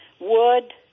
wood –